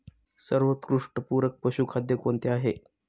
सर्वोत्कृष्ट पूरक पशुखाद्य कोणते आहे?